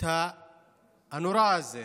הנורא הזה.